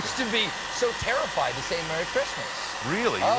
to be so terrified to say merry christmas. really,